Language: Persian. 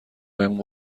بهم